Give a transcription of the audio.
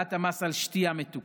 העלאת המס על שתייה מתוקה,